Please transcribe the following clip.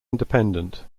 independent